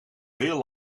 veel